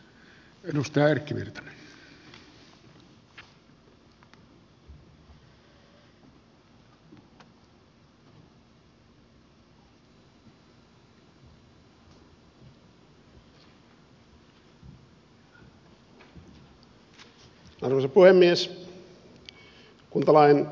arvoisa puhemies